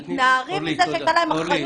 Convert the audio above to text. הם מתנערים מזה שהייתה להם אחריות.